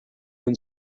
own